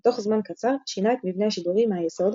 ותוך זמן קצר שינה את מבנה השידורים מהיסוד